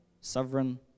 Sovereign